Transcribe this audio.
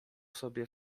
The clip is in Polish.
sobie